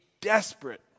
desperate